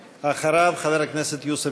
חבר הכנסת יואל חסון, בבקשה, אדוני.